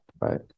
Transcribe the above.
right